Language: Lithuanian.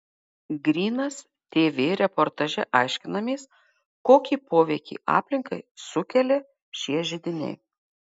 grynas tv reportaže aiškinamės kokį poveikį aplinkai sukelia šie židiniai